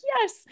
yes